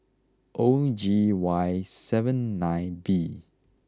O G Y seven nine B